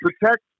Protect